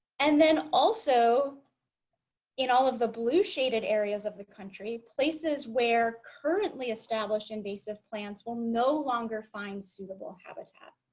and then also in all of the blue shaded areas of the country places where currently established invasive plants will no longer find suitable habitat